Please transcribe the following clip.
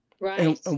Right